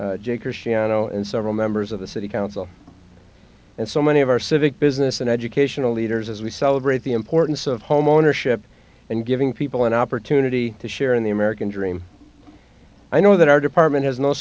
seattle and several members of the city council and so many of our civic business and educational leaders as we celebrate the importance of homeownership and giving people an opportunity to share in the american dream i know that our department has no